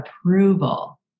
approval